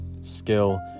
skill